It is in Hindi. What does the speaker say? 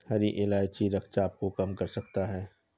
हरी इलायची रक्तचाप को कम कर सकता है